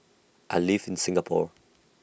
I live in Singapore